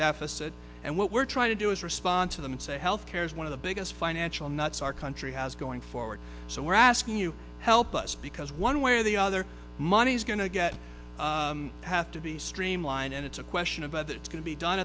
deficit and what we're trying to do is respond to them and say health care is one of the biggest financial nuts our country has going forward so we're asking you help us because one way or the other money's going to get have to be streamlined and it's a question of whether it's going to be done